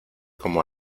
como